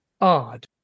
odd